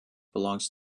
belongs